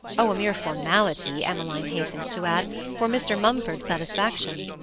oh, a mere formality, emmeline hastened to add for mr. mumford's satisfaction.